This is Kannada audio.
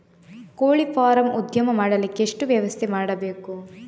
ಕೋಳಿ ಫಾರಂ ಉದ್ಯಮ ಮಾಡಲಿಕ್ಕೆ ಏನು ವ್ಯವಸ್ಥೆ ಮಾಡಬೇಕು?